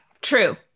True